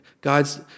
God's